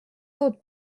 autres